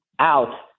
out